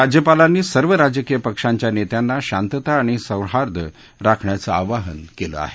राज्यपालांनी सर्व राजकीय पक्षांच्या नेत्यांना शांतता आणि सौहार्द राखण्याचं आवाहन केलं आहे